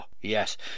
Yes